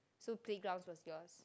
so playgrounds was yours